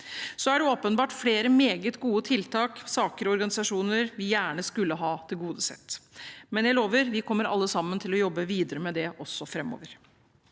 Så er det åpenbart flere meget gode tiltak, saker og organisasjoner vi gjerne skulle ha tilgodesett, men jeg lover: Vi kommer alle sammen til å jobbe videre med det, også framover.